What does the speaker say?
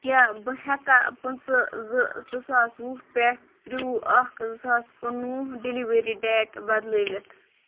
کیٛاہ بہٕ ہٮ۪کا پٕنٛژٕ زٕ زٕ ساس وُہ پٮ۪ٹھ تِرٛوُہ اَکھ زٕ ساس کُنہٕ وُہ ڈِلِؤری ڈیٹ بدلٲوِتھ